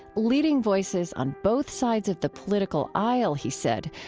leading voices on both sides of the political aisle, he said,